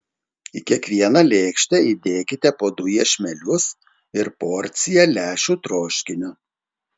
į kiekvieną lėkštę įdėkite po du iešmelius ir porciją lęšių troškinio